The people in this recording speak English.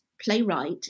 playwright